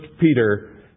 Peter